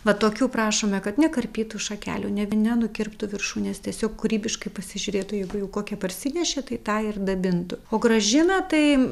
va tokių prašome kad nekarpytų šakelių nevi nenukirptų viršūnės tiesiog kūrybiškai pasižiūrėtų jeigu jau kokią parsinešė tai tą ir dabintų o grąžina tai